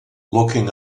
looking